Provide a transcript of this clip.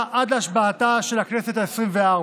עד להשבעתה של הכנסת העשרים-וארבע.